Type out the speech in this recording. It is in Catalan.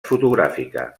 fotogràfica